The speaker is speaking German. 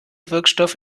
wirkstoff